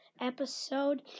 episode